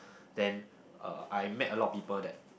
then uh I met a lot of people that